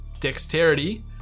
dexterity